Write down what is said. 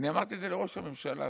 אמרתי את זה לראש הממשלה.